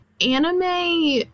anime